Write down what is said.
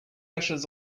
ashes